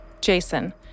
Jason